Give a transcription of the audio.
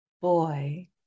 boy